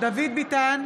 מירב בן ארי,